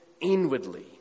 inwardly